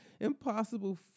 Impossible